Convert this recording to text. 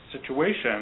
situation